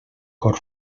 cor